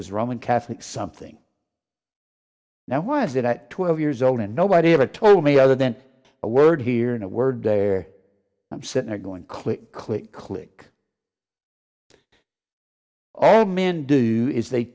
was roman catholic something now was that at twelve years old and nobody ever told me other than a word here and a word there i'm sitting there going click click click all men do is they